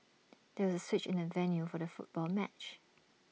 there was A switch in the venue for the football match